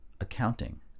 accounting